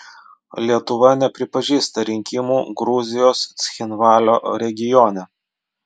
lietuva nepripažįsta rinkimų gruzijos cchinvalio regione